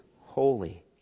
holy